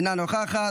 אינה נוכחת,